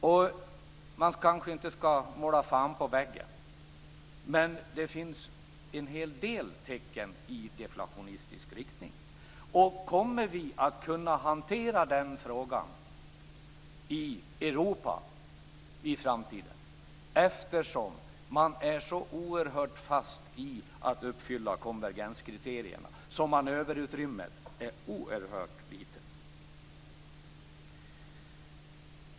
Man skall kanske inte måla fan på väggen, men det finns en hel del tecken i deflationistisk riktning. Kommer vi att kunna hantera den frågan i Europa i framtiden? Man står så oerhört hårt fast vid att uppfylla konvergenskriterierna att manöverutrymmet är oerhört litet.